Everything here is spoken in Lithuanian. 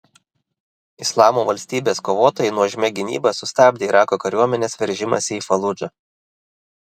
islamo valstybės kovotojai nuožmia gynyba sustabdė irako kariuomenės veržimąsi į faludžą